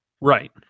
right